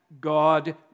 God